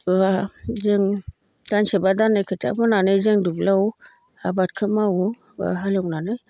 माबा जों दानसे बा दाननै खोथिया फोनानै जों दुब्लियाव आबादखौ मावो बा हालेवनानै